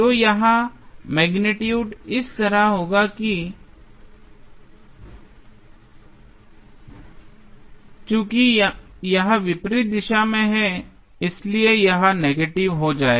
तो यहाँ मैग्नीट्यूड इस तरह होगा लेकिन चूंकि यह विपरीत दिशा में है इसलिए यह नेगेटिव हो जाएगा